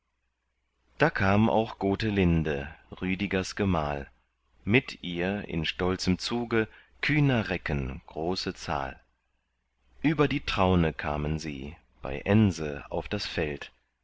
da kam auch gotelinde rüdigers gemahl mit ihr in stolzem zuge kühner recken große zahl über die traune kamen sie bei ense auf das feld